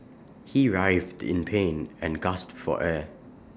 he writhed in pain and gasped for air